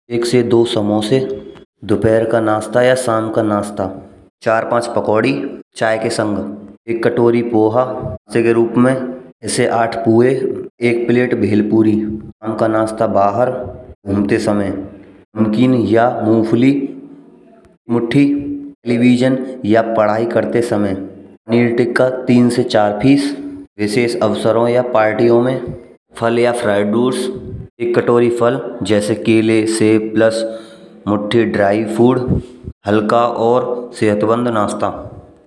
एक से दो समोसे दोपहर का नाश्ता या शाम का नाश्ता। चार-पांच पकौड़ी चाय के संग। एक कटोरी पोहा सेवन के रूप में। जैसे आठ पूरे, एक प्लेट भेलपूरी। शाम का नाश्ता बाहर घूमते समय नमकीन या मूंगफली एक मुट्ठी। रिवीजन या पढ़ाई करते समय। पनीर टिक्का एक से चार पीस। विशेष अवसर या पार्टियों में फल या फ्राइड राइस, एक कटोरी फल जैसे केले, सेब, मुट्ठी ड्राईफ्रूट, हल्का और सेहतमंद नाश्ता।